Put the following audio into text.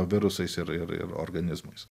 virusais ir ir ir organizmais